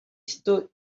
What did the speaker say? stood